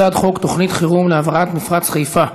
הצעת חוק תוכנית חירום להבראת מפרץ חיפה,